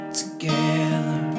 together